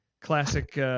classic